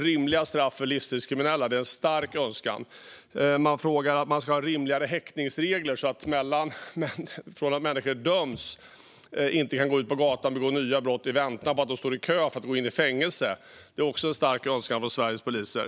Rimliga straff för livsstilskriminella är en stark önskan. Vidare vill de ha rimliga häktningsregler så att människor som döms inte kan gå ut på gatan och begå nya brott medan de står i kö för att gå i fängelse. Det är också en stark önskan från Sveriges poliser.